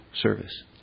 service